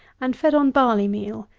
and fed on barley-meal,